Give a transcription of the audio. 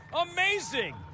amazing